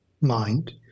mind